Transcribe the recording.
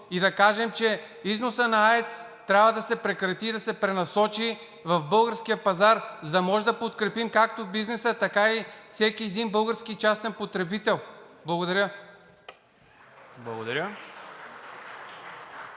и да кажем, че износът на АЕЦ трябва да се прекрати и да се пренасочи на българския пазар, за да може да подкрепим както бизнеса, така и всеки един български частен потребител. Благодаря.